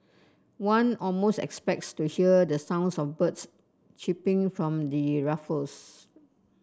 one almost expects to hear the sounds of birds chirping from the rafters